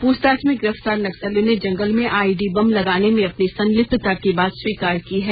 पूछताछ में गिरफ्तार नक्सलियों ने जंगल में आईईडी बम लगाने में अपनी संलिप्तता की बात स्वीकार की है